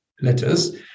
letters